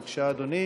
בבקשה, אדוני.